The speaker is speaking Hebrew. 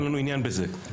אין לנו עניין בזה.